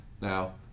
Now